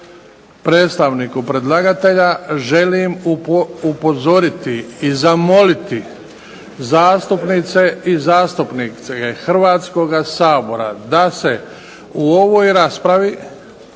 predstavniku predlagatelja želim upozoriti i zamoliti zastupnike i zastupnice Hrvatskoga sabora da se u ovoj raspravi